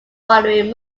following